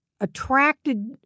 attracted